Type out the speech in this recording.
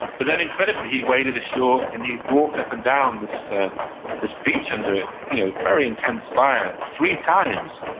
but then incredibly, he waded ashore, and he walked up and down this ah this beach under you know very intense fire three times,